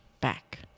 Back